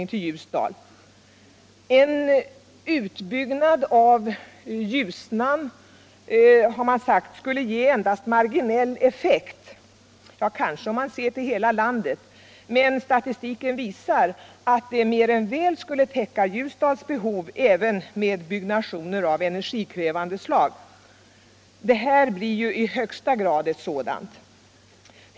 Man har sagt att en utbyggnad av Ljusnan endast skulle ge marginell effekt. Det är kanske riktigt med hänsyn till hela landet, men statistiken visar att denna utbyggnad mer än väl skulle täcka Ljusdals behov även med energikrävande byggnation.